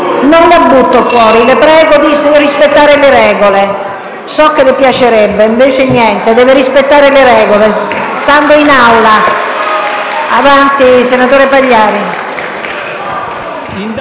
Non la butto fuori, ma la prego di rispettare le regole. So che le piacerebbe e invece niente. Deve rispettare le regole stando in Aula. *(Applausi dai